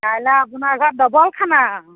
কাইলৈ আপোনাৰ ঘৰত ডবল খানা